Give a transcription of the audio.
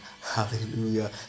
Hallelujah